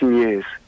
years